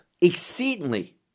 exceedingly